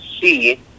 see